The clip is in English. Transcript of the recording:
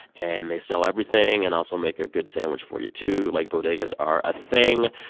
and they sell everything and also make a good sandwich for you too. like, bodegas are a thing.